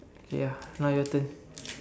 ya now your turn